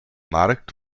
markt